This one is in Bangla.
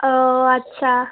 ও আচ্ছা